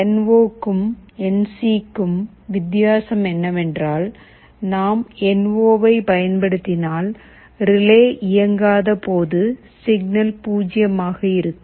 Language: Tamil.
என் ஒ க்கும் என் சிக்கும் வித்தியாசம் என்னவென்றால் நாம் என் ஒவைப் பயன்படுத்தினால் ரிலே இயங்காத போது சிக்னல் 0 ஆக இருக்கும்